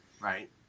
right